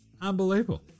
Unbelievable